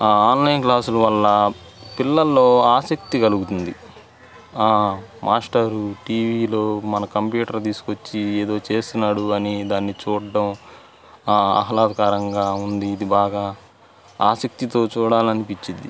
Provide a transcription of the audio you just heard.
ఆ ఆన్లైన్ క్లాసుల వల్ల పిల్లల్లో ఆసక్తి కలుగుతుంది మాస్టరు టీవీలో మన కంప్యూటర్ తీసుకు వచ్చి ఏదో చేస్తున్నాడు అని దాన్ని చూడడం ఆహ్లాదకరంగా ఉంది ఇది బాగా ఆసక్తితో చూడాలనిపించిద్ది